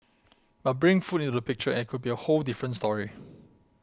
but bring food into the picture and it could be a whole different story